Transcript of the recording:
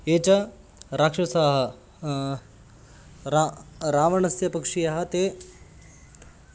ये च राक्षसाः रा रावणस्य पक्षीयाः ते